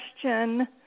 question